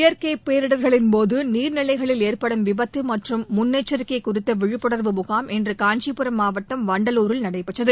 இயற்கை பேரிடர்களின்போது நீர்நிலைகளில் ஏற்படும் விபத்து மற்றும் முன்னெச்சரிக்கை குறித்த விழிப்புணர்வு முகாம் இன்று காஞ்சிபுரம் மாவட்டம் வண்டலூரில் நடைபெற்றது